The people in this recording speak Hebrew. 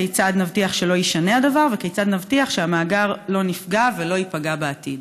כיצד נבטיח שלא יישנה הדבר וכיצד נבטיח שהמאגר לא נפגע ולא ייפגע בעתיד?